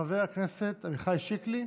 חבר הכנסת עמיחי שיקלי,